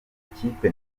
kipe